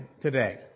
today